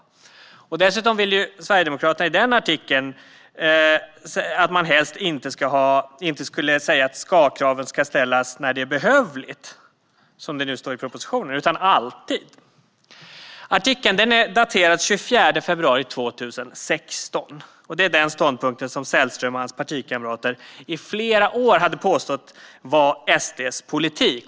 Enligt denna artikel säger Sverigedemokraterna dessutom att man helst inte ska säga att skall-kraven ska ställas när det är behövligt, som det nu står i propositionen, utan alltid. Artikeln är daterad den 24 februari 2016. Det är den ståndpunkt som Sällström och hans partikamrater i flera år hade påstått vara SD:s politik.